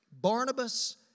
Barnabas